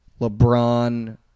LeBron